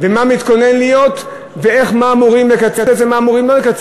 ומה מתוכנן להיות, ומה אמורים לקצץ